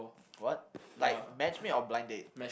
what like matchmake or blind date